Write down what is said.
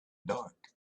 dark